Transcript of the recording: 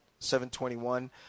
721